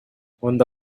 nkunda